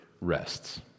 rests